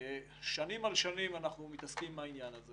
שינם על שנים אנחנו מתעסקים עם העניין הזה